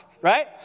right